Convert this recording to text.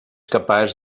capaç